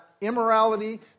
immorality